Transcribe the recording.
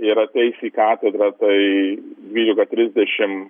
ir ateis į katedrą tai dvylika trisdešimt